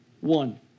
One